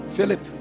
Philip